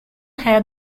had